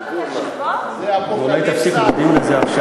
אולי תאפשרו לי לדבר,